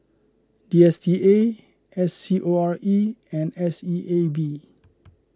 D S T A S C O R E and S E A B